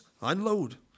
unload